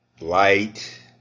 Light